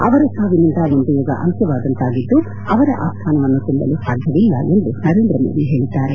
ಅವರ ಸಾವಿನಿಂದ ಒಂದು ಯುಗ ಅಂತ್ಯವಾದಂತಾಗಿದ್ದು ಅವರ ಆ ಸ್ಥಾನವನ್ನೂ ತುಂಬಲು ಸಾಧ್ಯವಿಲ್ಲ ಎಂದು ನರೇಂದ್ರ ಮೋದಿ ಹೇಳಿದ್ದಾರೆ